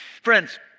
Friends